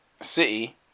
City